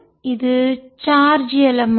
இது charge element